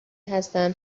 هستند